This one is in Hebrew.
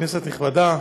כנסת נכבדה,